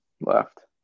Left